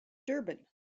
durban